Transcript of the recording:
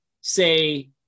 say